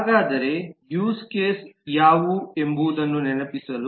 ಹಾಗಾದರೆ use case ಯಾವುವು ಎಂಬುದನ್ನು ನೆನಪಿಸಲು